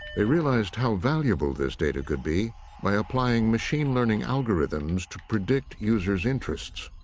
they realized how valuable this data could be by applying machine learning algorithms to predict users' interests.